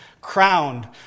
crowned